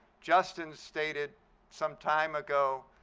justin stated some time ago,